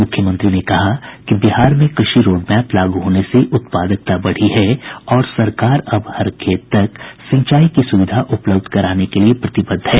मुख्यमंत्री ने कहा कि बिहार में कृषि रोडमैप लागू होने से उत्पादकता बढ़ी है और सरकार अब हर खेत तक सिंचाई की सुविधा उपलब्ध कराने के लिए प्रतिबद्ध है